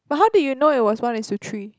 but how did you know it's one is to three